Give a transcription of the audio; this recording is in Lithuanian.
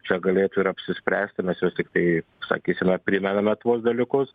čia galėtų ir apsispręsti mes juos tiktai sakykime primename tuos dalykus